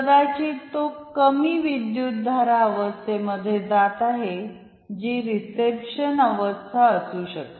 कदाचित तो कमी विद्युतधारा अवस्थेमध्ये जात आहे जी रिसेप्शन अवस्था असू शकते